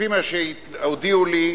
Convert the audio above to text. לפי מה שהודיעו לי,